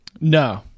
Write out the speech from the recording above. No